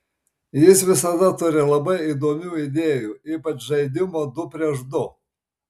jis visada turi labai įdomių idėjų ypač žaidimo du prieš du